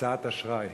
בהקצאת אשראי.